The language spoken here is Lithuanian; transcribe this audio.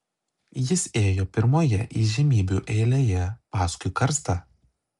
jis ėjo pirmoje įžymybių eilėje paskui karstą